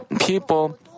people